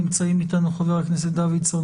נמצאים איתנו חבר הכנסת דוידסון,